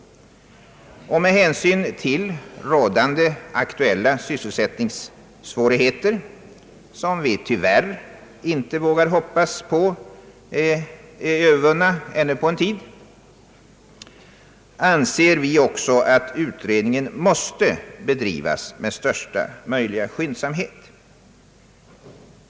Med hänsyn till rådande aktuella sysselsättningssvårigheter — som vi tyvärr inte vågar hoppas på är övervunna ännu på en tid — anser vi också att utredningen måste bedrivas med största möjliga skyndsamhet.